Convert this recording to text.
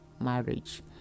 marriage